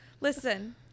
Listen